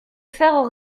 faire